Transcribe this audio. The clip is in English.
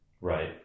Right